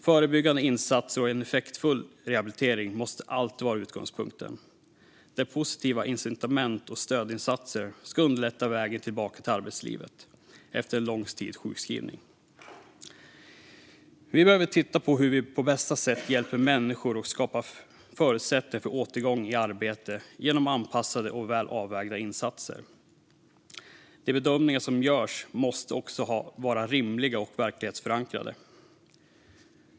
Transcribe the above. Förebyggande insatser och en effektfull rehabilitering måste alltid vara utgångspunkten. Positiva incitament och stödinsatser ska underlätta vägen tillbaka till arbetslivet efter en lång tids sjukskrivning. Vi behöver titta på hur vi på bästa sätt hjälper människor och skapar förutsättningar för återgång i arbete genom anpassade och väl avvägda insatser. De bedömningar som görs måste också vara rimliga och verklighetsförankrade.